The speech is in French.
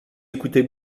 écoutez